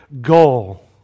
goal